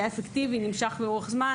היה אפקטיבי ונמשך לאורך זמן.